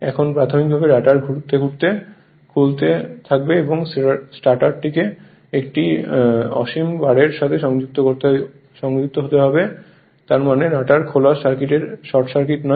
এখন প্রাথমিকভাবে রটার ঘুরতে ঘুরতে খুলতে এবং স্টেটরটিকে একটি অসীম বারের সাথে সংযুক্ত হতে দিন তার মানে রটার খোলা সার্কিট এটি শর্ট সার্কিট নয়